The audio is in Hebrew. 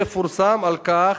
תפורסם על כך